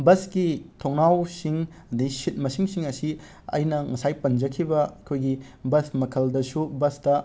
ꯕꯁꯀꯤ ꯊꯣꯡꯅꯥꯎꯁꯤꯡ ꯑꯗꯩ ꯁꯤꯠ ꯃꯁꯤꯡꯁꯤꯡ ꯑꯁꯤ ꯑꯩꯅ ꯉꯁꯥꯏ ꯄꯟꯖꯈꯤꯕ ꯑꯩꯈꯣꯏꯒꯤ ꯕꯁ ꯃꯈꯜꯗꯁꯨ ꯕꯁꯇ